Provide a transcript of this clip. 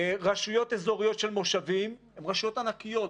רשויות אזוריות של מושבים הן רשויות ענקיות,